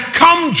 come